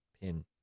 pin